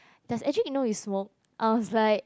does Adrek know you smoke I was like